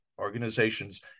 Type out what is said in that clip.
organizations